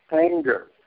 anger